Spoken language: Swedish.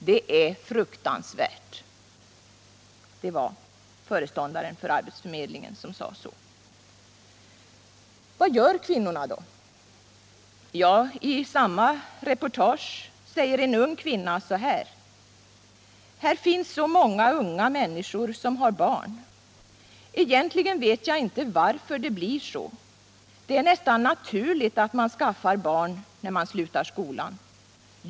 Det är fruktansvärt.” Vad gör kvinnorna då? Ja, i samma reportage säger en ung kvinna så här: ”Här finns så många unga människor som har barn. Egentligen vet jag inte varför det blir så ... det är nästan naturligt att man skaffar barn när man slutar skolan.